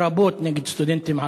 לרבות נגד סטודנטים ערבים.